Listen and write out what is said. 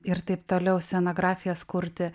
ir taip toliau scenografijas kurti